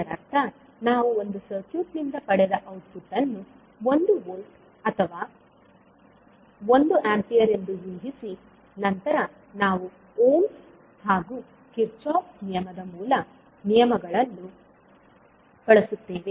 ಇದರರ್ಥ ನಾವು ಒಂದು ಸರ್ಕ್ಯೂಟ್ ನಿಂದ ಪಡೆದ ಔಟ್ಪುಟ್ ಅನ್ನು ಒಂದು ವೋಲ್ಟ್ ಅಥವಾ ಒಂದು ಆಂಪಿಯರ್ ಎಂದು ಊಹಿಸಿ ನಂತರ ನಾವು ಓಮ್ಸ್ Ohm's ಹಾಗೂ ಕಿರ್ಚಾಫ್ Kirchoff's ನಿಯಮದ ಮೂಲ ನಿಯಮಗಳನ್ನು ಬಳಸುತ್ತೇವೆ